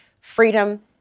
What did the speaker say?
freedom